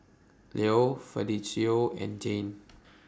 Llo Fidencio and Jane